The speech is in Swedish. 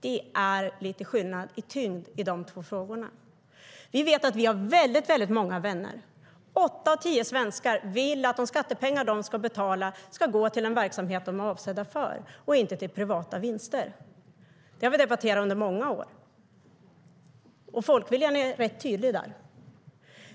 Det är lite skillnad i tyngd i de två frågorna. Vi vet att vi har väldigt många vänner. Åtta av tio svenskar vill att de skattepengar som de ska betala ska gå till den verksamhet som de är avsedda för och inte till privata vinster. Det har vi debatterat under många år. Folkviljan är tydlig där.